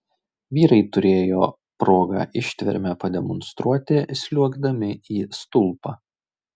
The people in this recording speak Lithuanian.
vyrai turėjo progą ištvermę pademonstruoti sliuogdami į stulpą